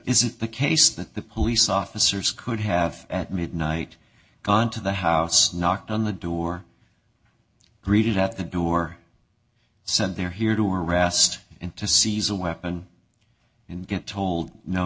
it the case that the police officers could have at midnight gone to the house knocked on the door greeted at the door said they're here to arrest and to seize a weapon and get told no